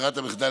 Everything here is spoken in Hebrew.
ברירת המחדל,